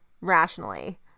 rationally